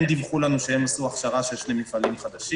הם דיווחו לנו שהם הכשירו שני מפעלים חדשים.